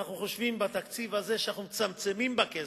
אנחנו חושבים שבתקציב הזה אנחנו מצמצמים בכסף.